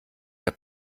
der